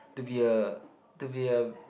to be a to be a